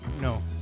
no